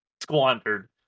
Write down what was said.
squandered